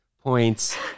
points